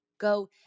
Go